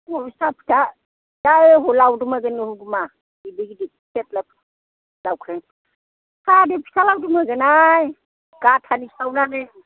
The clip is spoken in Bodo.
फुङाव साहा फिथा फिथा लावदुम होगोन हुगुमा गिदिर गिदिर दावख्रें साहा आरो फिथा लावदुम होगोनहाय गाथानि सावनानै